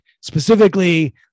specifically